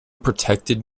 protected